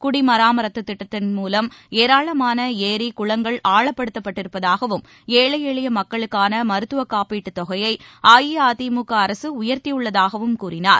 குடிமராமத்து திட்டத்தின் மூலம் ஏராளமான ஏரி குளங்கள் ஆழப்படுத்தப்பட்டிருப்பதாகவும் ஏழை எளிய மக்களுக்கான மருத்துவ காப்பீட்டுத் தொகையை அஇஅதிமுக அரசு உயர்த்தியுள்ளதாகவும் கூறினார்